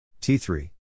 T3